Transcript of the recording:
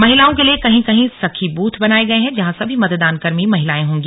महिलाओं के लिए कहीं कहीं सखी ब्रथ बनाए गए हैं जहां सभी मतदान कर्मी महिलाएं होंगी